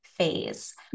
phase